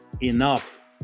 Enough